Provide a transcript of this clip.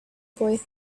boy